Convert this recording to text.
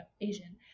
Asian